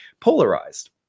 polarized